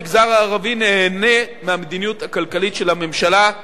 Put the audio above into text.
המגזר הערבי נהנה מהמדיניות הכלכלית של הממשלה,